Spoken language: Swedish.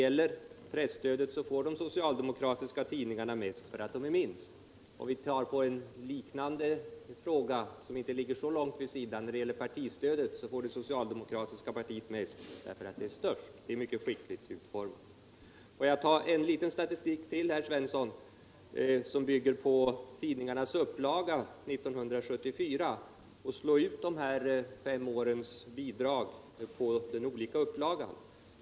Av presstödet får de socialdemokratiska tidningarna mest därför att de är minst, men vi om vi tar en sak som inte ligger särskilt långt vid sidan om denna, nämligen partistödet, får det socialdemokratiska partiet mest av det stödet därför att det partiet är störst. — Reglerna är således mycket skickligt utformade. Får jag, herr Svensson, ta litet statistik till, som bygger på tidningarnas upplagor 1974, och slå ut de här fem årens bidrag på de olika upplagorna.